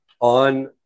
on